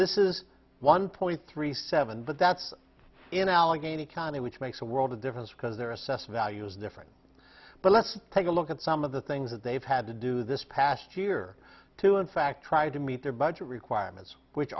this is one point three seven but that's in allegheny county which makes a world of difference because they're assessed value is different but let's take a look at some of the things that they've had to do this past year to in fact try to meet their budget requirements which